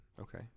Okay